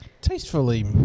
Tastefully